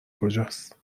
کجاست